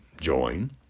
join